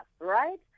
right